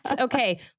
Okay